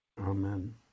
Amen